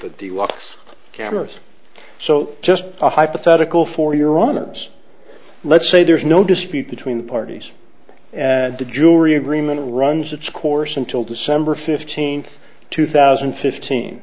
the walk cameras so just a hypothetical for your ahmed's let's say there is no dispute between parties and the jewelry agreement runs its course until december fifteenth two thousand and fifteen